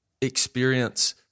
experience